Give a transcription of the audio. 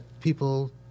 people